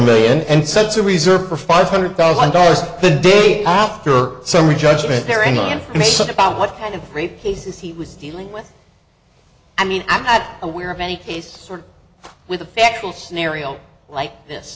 million and sets a reserve for five hundred thousand dollars the day after summary judgment there and the information about what kind of rape cases he was dealing with i mean i'm aware of any case with a factual scenario like this